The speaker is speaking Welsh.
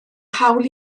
hawl